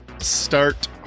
start